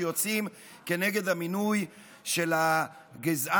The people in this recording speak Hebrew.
שיוצאים כנגד המינוי של הגזען,